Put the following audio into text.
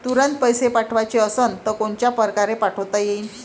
तुरंत पैसे पाठवाचे असन तर कोनच्या परकारे पाठोता येईन?